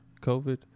COVID